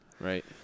Right